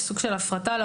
סוג של הפרטה של